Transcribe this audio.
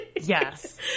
Yes